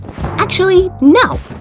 actually, no!